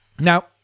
Now